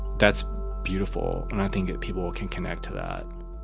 that's beautiful. and i think that people will can connect to that.